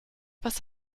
was